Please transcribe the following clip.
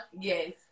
Yes